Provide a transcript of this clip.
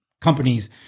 companies